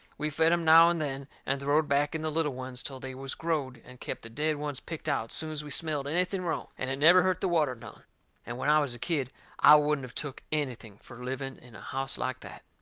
we fed em now and then, and throwed back in the little ones till they was growed, and kep' the dead ones picked out soon's we smelled anything wrong, and it never hurt the water none and when i was a kid i wouldn't of took anything fur living in a house like that.